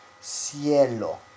cielo